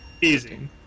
Easy